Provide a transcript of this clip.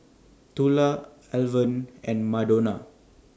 Tula Alvan and Madonna